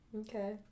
Okay